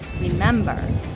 remember